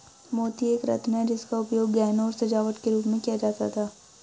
मोती एक रत्न है जिसका उपयोग गहनों और सजावट के रूप में किया जाता था